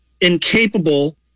incapable